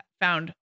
found